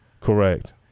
Correct